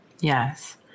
Yes